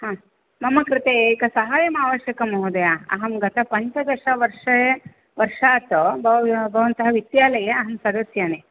मम कृते एकसाहाय्यं आवश्यकं महोदय अहं गतपञ्चदशवर्षे वर्षात् भव भवन्तः वित्तालये अहं सदस्यास्मि